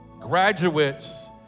graduates